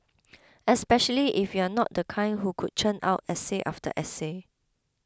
especially if you're not the kind who could churn out essay after essay